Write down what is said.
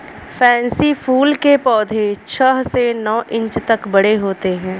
pansy फूल के पौधे छह से नौ इंच तक बड़े होते हैं